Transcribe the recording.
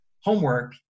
homework